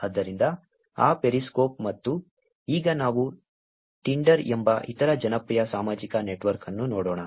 ಆದ್ದರಿಂದ ಆ ಪೆರಿಸ್ಕೋಪ್ ಮತ್ತು ಈಗ ನಾವು ಟಿಂಡರ್ ಎಂಬ ಇತರ ಜನಪ್ರಿಯ ಸಾಮಾಜಿಕ ನೆಟ್ವರ್ಕ್ ಅನ್ನು ನೋಡೋಣ